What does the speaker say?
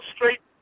Street